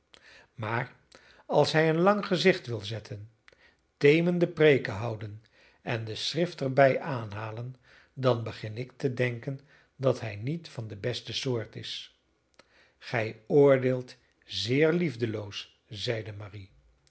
maar als hij een lang gezicht wil zetten temende preeken houden en de schrift er bij aanhalen dan begin ik te denken dat hij niet van de beste soort is gij oordeelt zeer liefdeloos zeide marie